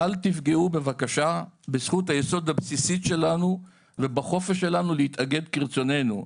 אל תפגעו בבקשה בזכות היסוד הבסיסית שלנו ובחופש שלנו להתאגד כרצוננו,